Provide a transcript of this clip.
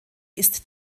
ist